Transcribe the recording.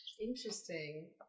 Interesting